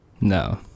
No